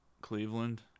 Cleveland